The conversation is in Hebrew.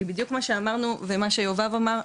היא בדיוק מה שאמרנו ומה שיובב אמר,